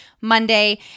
Monday